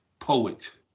Poet